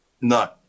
No